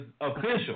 official